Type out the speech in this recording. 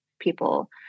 people